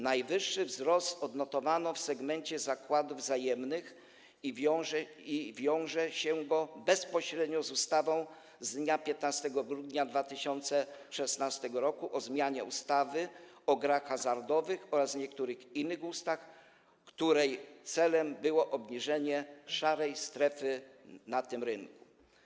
Najwyższy wzrost odnotowano w segmencie zakładów wzajemnych i wiąże się go bezpośrednio z ustawą z dnia 15 grudnia 2016 r. o zmianie ustawy o grach hazardowych oraz niektórych innych ustaw, której celem było zmniejszenie szarej strefy na tym rynku.